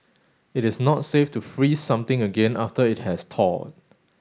it is not safe to freeze something again after it has thawed